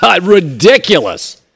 Ridiculous